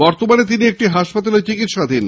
বর্তমানে তিনি একটি হাসপাতালে চিকিৎসাধীন